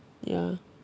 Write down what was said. ya